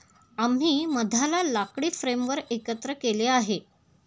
आम्ही मधाला लाकडी फ्रेमवर एकत्र केले आहे